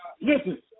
Listen